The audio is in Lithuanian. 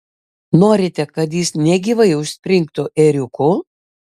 norite kad jis negyvai užspringtų ėriuku